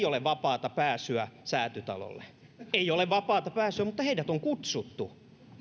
ole vapaata pääsyä säätytalolle ei ole vapaata pääsyä mutta heidät on kutsuttu